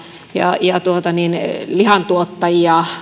ja lihantuottajia